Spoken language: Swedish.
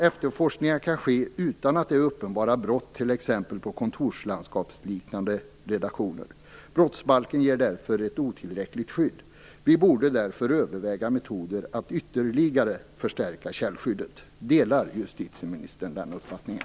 Efterforskningar kan ske utan att vara uppenbara brott, t.ex. på kontorslandskapsliknande redaktioner. Brottsbalken ger därför ett otillräckligt skydd. Vi borde därför överväga metoder att ytterligare förstärka källskyddet. Delar justitieministern den uppfattningen?